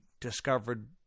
discovered